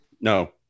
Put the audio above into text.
No